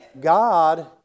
God